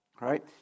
right